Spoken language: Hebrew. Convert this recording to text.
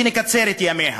שנקצר את ימיה,